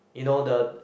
you know the